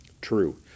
true